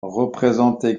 représentés